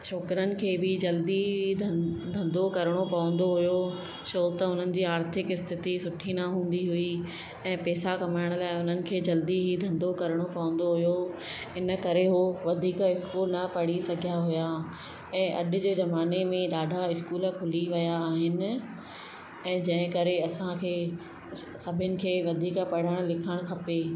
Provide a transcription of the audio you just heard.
छोकिरनि खे बि जल्दी धन धंधो करिणो पवंदो हुयो छो त उन्हनि जी आर्थिक स्थिति सुठी न हूंदी हुई ऐं पैसा कमाइण लाइ उन्हनि खे जल्दी ई धंधो करिणो पवंदो हुयो इन करे हो वधीक स्कूल पढ़ी सघिया हुया ऐं अॼु जे ज़माने में ॾाढा स्कूल खुली विया आहिनि ऐं जंहिं करे असांखे सभिनि खे वधीक पढ़णु लिखणु खपे